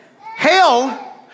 Hell